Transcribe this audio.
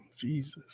Jesus